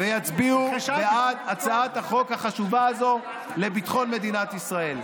ויצביעו בעד הצעת החוק החשובה הזאת לביטחון מדינת ישראל.